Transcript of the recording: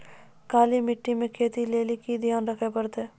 काली मिट्टी मे खेती लेली की ध्यान रखे परतै?